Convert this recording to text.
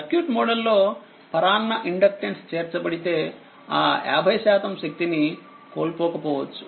సర్క్యూట్మోడల్లోపరాన్న ఇండక్టెన్స్చేర్చబడితే ఆ50శాతం శక్తినికోల్పోకపోవచ్చు